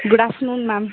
good afternoon ma'am